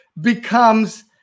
becomes